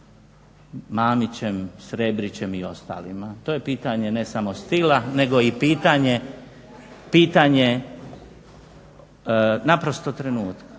Mamićem, Srebrićem i ostalima. To je pitanje ne samo stila nego i pitanje naprosto trenutka.